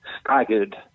staggered